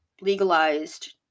legalized